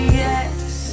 yes